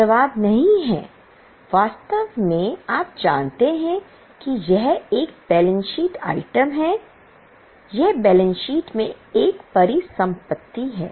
जवाब नहीं है वास्तव में आप जानते हैं कि यह एक बैलेंस शीट आइटम है यह बैलेंस शीट में एक परिसंपत्ति है